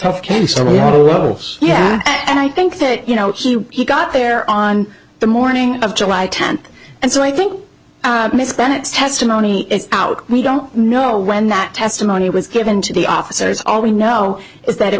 to yeah and i think that you know he got there on the morning of july tenth and so i think miss bennett's testimony is out we don't know when that testimony was given to the officers all we know is that it